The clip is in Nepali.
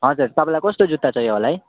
हजुर तपाईँलाई कस्तो जुत्ता चाहियो होला है